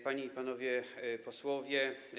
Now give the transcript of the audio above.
Panie i Panowie Posłowie!